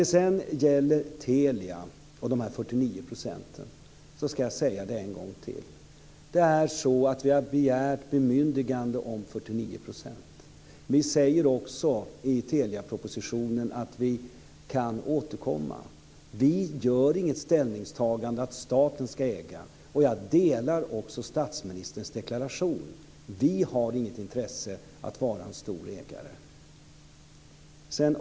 När det gäller Telia och de 49 procenten, ska jag säga det en gång till: Vi har begärt bemyndigande om 49 %. Vi säger också i Teliapropositionen att vi kan återkomma. Vi gör inget ställningstagande att staten ska äga. Jag delar också statsministerns deklaration. Vi har inget intresse av att vara en stor ägare.